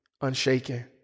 unshaken